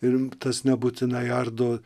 ir tas nebūtinai ardo